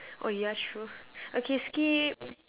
oh yeah true okay skip